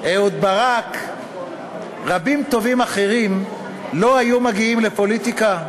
אהוד ברק ורבים טובים אחרים לא היו מגיעים לפוליטיקה,